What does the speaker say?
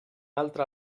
altre